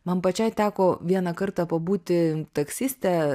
man pačiai teko vieną kartą pabūti taksiste